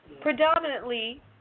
predominantly